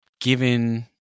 given